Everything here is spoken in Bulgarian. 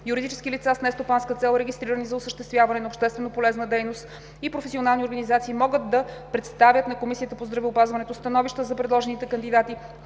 Юридически лица с нестопанска цел, регистрирани за осъществяване на общественополезна дейност, и професионални организации могат да представят на Комисията по здравеопазването становища за предложените кандидати,